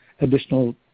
additional